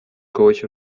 coach